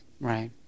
Right